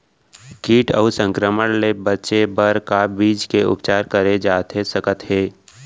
किट अऊ संक्रमण ले बचे बर का बीज के उपचार करे जाथे सकत हे?